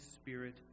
spirit